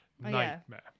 Nightmare